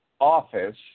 office